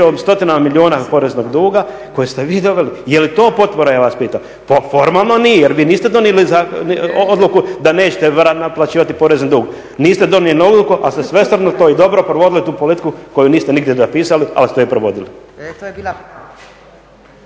o stotinama milijuna poreznog duga koje ste vi doveli. Je li to potpora ja vas pitam? Formalno nije jer vi niste donijeli odluku da nećete naplaćivati porezni dug, niste donijeli odluku ali ste svesrdno to i dobro provodili tu politiku koji niste nigdje napisali ali ste je provodili.